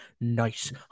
nice